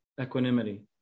equanimity